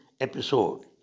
episode